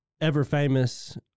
ever-famous